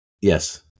Yes